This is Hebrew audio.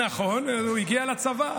נכון, והוא הגיע לצבא.